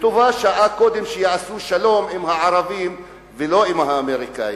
טובה שעה קודם שיעשו שלום עם הערבים ולא עם האמריקנים.